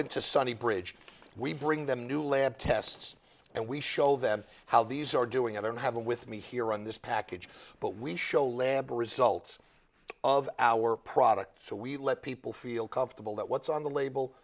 into sunday bridge we bring them new lab tests and we show them how these are doing and then have a with me here on this package but we show lab results of our product so we let people feel comfortable that what's on the label